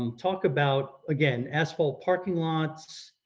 um talk about, again, asphalt parking lots,